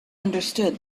understood